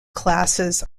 classes